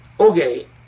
Okay